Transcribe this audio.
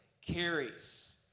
carries